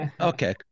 Okay